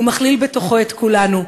הוא מכליל בתוכו את כולנו.